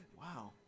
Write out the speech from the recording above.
Wow